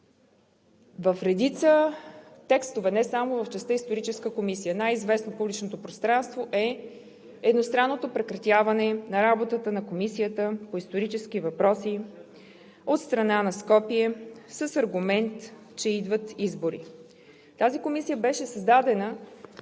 В редица текстове, не само в частта „Историческа комисия“, най-известно в публичното пространство е едностранното прекратяване на работата на Комисията по исторически въпроси от страна на Скопие с аргумент, че идват избори. Тази комисия беше създадена